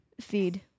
feed